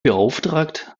beauftragt